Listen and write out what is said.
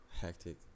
Hectic